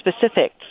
specific